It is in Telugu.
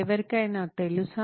ఎవరికైనా తెలుసా